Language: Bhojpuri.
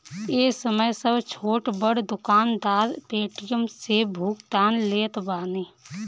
ए समय सब छोट बड़ दुकानदार पेटीएम से भुगतान लेत बाने